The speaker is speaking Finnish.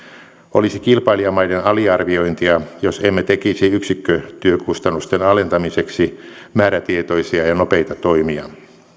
olisi kilpailijamaiden aliarviointia jos emme tekisi yksikkötyökustannusten alentamiseksi määrätietoisia ja nopeita toimia